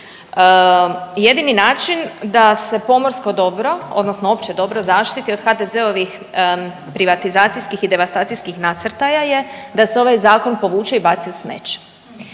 Jedini način da se pomorsko dobro odnosno opće dobro zaštiti od HDZ-ovih privatizacijskih i devastacijskih nasrtaja je da se ovaj zakon povuče i baci u smeće.